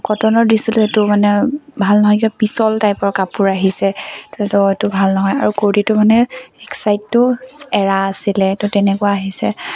কটনৰ দিছিলো সেইটো মানে ভাল নহয় কিবা পিচল টাইপৰ কাপোৰ আহিছে ধৰি লওক এইটো ভাল নহয় আৰু কুৰ্তিটো মানে এক ছাইডটো এৰা আছিলে তহ তেনেকুৱা অহিছে